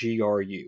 GRU